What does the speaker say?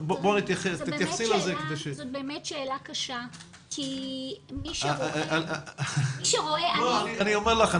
זאת באמת שאלה קשה כי מי שרואה --- אני אומר לך,